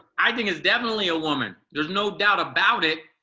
i think it's definitely a woman. there's no doubt about it.